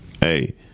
Hey